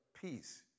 peace